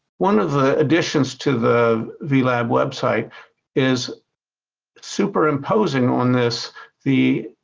one of the additions to the vlab website is superimposing on this the